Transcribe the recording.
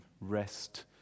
rest